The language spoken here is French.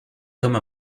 comme